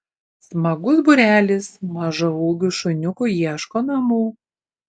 smagus būrelis mažaūgių šuniukų ieško namų